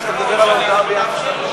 מר שטרית, אתה מדבר על ההודעה בלי ההצבעה?